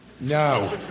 No